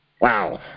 wow